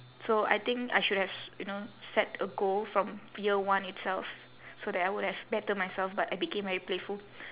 so I think I should have you know set a goal from year one itself so that I would have better myself but I became very playful